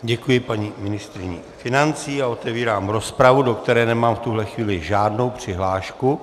Děkuji paní ministryni financí a otevírám rozpravu, do které nemám v tuhle chvíli žádnou přihlášku.